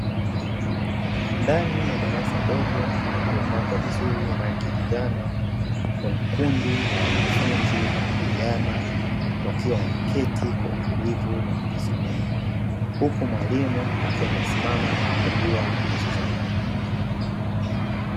Ndani ya darasa dogo lililopakwa vizuri rangi ya njano kuna kundi la wanafunzi vijana wakiwa wameketi kwa utulivu wanajisomea, huku mwalimu akiwa amesimama na kukagua kazi zao.